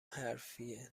حرفیه